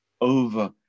over